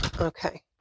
Okay